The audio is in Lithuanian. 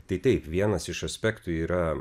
tai taip vienas iš aspektų yra